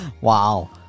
Wow